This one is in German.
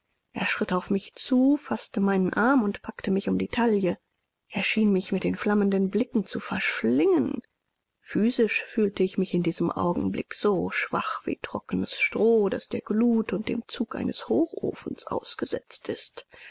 er schritt auf mich zu faßte meinen arm und packte mich um die taille er schien mich mit den flammenden blicken zu verschlingen physisch fühlte ich mich in diesem augenblick so schwach wie trocknes stroh das der glut und dem zug eines hochofens ausgesetzt ist